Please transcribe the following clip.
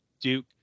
Duke